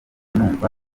numva